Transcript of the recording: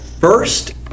first